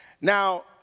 Now